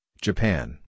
Japan